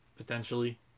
Potentially